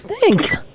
Thanks